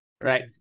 Right